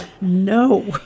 No